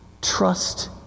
trust